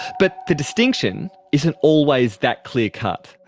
but the distinction isn't always that clear cut.